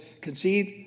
conceived